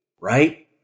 Right